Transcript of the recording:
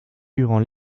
durant